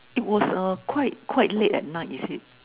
it was uh quite quite late at night is it